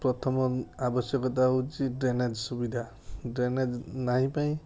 ପ୍ରଥମ ଆବଶ୍ୟକତା ହେଉଛି ଡ୍ରେନେଜ୍ ସୁବିଧା ଡ୍ରେନେଜ୍ ନାହିଁ ପାଇଁ